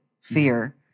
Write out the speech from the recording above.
fear